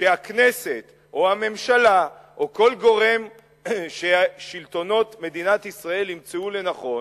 שהכנסת או הממשלה או כל גורם ששלטונות מדינת ישראל ימצאו לנכון